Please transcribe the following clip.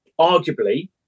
arguably